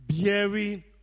bearing